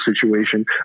situation